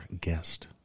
guest